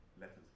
letters